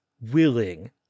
willing